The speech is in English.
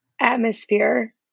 atmosphere